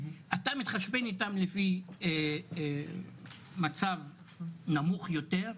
אתה מתחשבן איתם לפי מצב נמוך יותר,